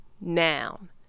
noun